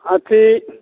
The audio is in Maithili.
अथी